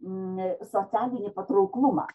socialinį patrauklumą